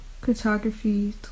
cartography